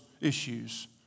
issues